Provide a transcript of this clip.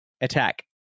Attack